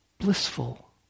blissful